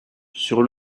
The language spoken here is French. sur